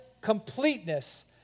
completeness